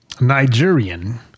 Nigerian